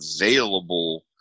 available